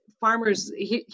Farmers